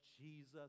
Jesus